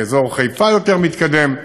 באזור חיפה יותר מתקדם,